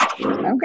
Okay